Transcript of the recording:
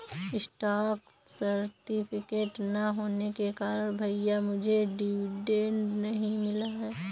stock certificate ना होने के कारण भैया मुझे डिविडेंड नहीं मिला